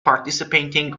participating